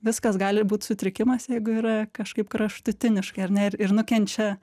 viskas gali būt sutrikimas jeigu yra kažkaip kraštutiniškai ar ne ir ir nukenčia